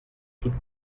toute